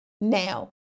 now